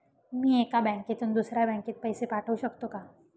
मी एका बँकेतून दुसऱ्या बँकेत पैसे पाठवू शकतो का?